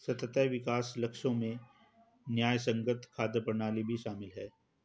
सतत विकास लक्ष्यों में न्यायसंगत खाद्य प्रणाली भी शामिल है